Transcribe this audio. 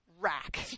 Rack